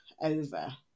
over